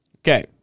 Okay